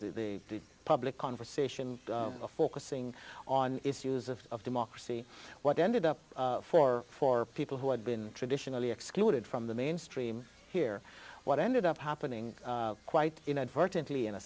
the public conversation focusing on issues of democracy what ended up for for people who had been traditionally excluded from the mainstream here what ended up happening quite inadvertently in a